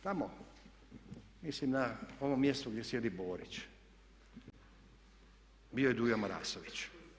Tamo mislim na ovom mjestu gdje sjedi Borić bio je Dujo Marasović.